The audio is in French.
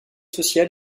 social